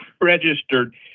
registered